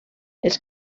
els